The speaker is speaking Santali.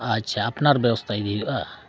ᱟᱪᱪᱷᱟ ᱟᱯᱱᱟᱨ ᱵᱮᱵᱚᱥᱛᱷᱟ ᱤᱫᱤ ᱦᱩᱭᱩᱜᱼᱟ